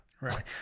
Right